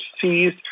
seized